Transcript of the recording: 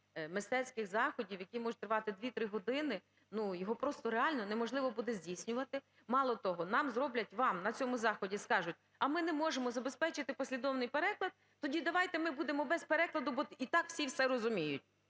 мистецьких заходів, які можуть тривати 2-3 години, його просто реально неможливо буде здійснювати. Мало того, нам зроблять, вам на цьому заході скажуть: "А ми не можемо забезпечити послідовний переклад. Тоді давайте ми будемо без перекладу, бо і так всі все розуміють".